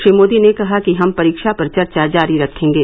श्री मोदी ने कहा कि हम परीक्षा पर चर्चा जारी रखेंगे